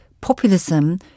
populism